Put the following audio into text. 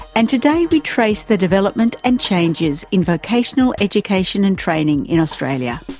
and today we trace the development and changes in vocational education and training in australia.